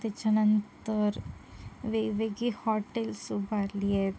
त्याच्यानंतर वेगवेगळी हॉटेल्स उभारली आहेत